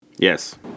Yes